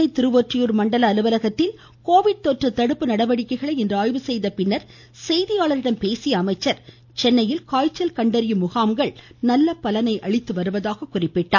சென்னை திருவொற்றியூர் மண்டல அலுவலகத்தில் கோவிட் தொற்று தடுப்பு நடவடிக்கைகளை இன்று ஆய்வு செய்த பின் செய்தியாளர்களிடம் பேசிய அவர் சென்னையில் காய்ச்சல் கண்டறியும் முகாம்கள் நல்ல பலனை அளித்து வருவதாக குறிப்பிட்டார்